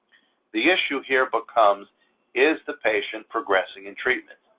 the issue here becomes is the patient progressing in treatment.